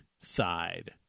side